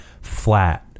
flat